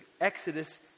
Exodus